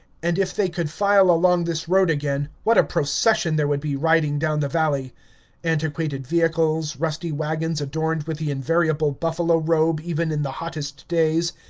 and if they could file along this road again, what a procession there would be riding down the valley antiquated vehicles, rusty wagons adorned with the invariable buffalo-robe even in the hottest days,